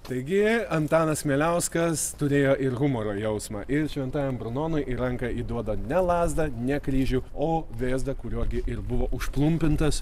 taigi antanas kmieliauskas turėjo ir humoro jausmą ir šventajam brunonui į ranką įduoda ne lazdą ne kryžių o vėzdą kuriuo gi ir buvo užplumpintas